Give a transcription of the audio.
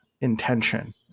intention